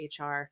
HR